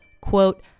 quote